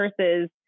versus